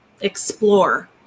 explore